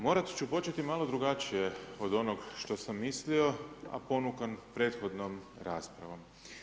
Morat ću početi malo drugačije od onog što sam mislio a ponukan prethodnom raspravom.